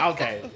Okay